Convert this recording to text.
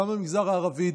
גם במגזר הערבי,